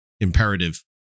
imperative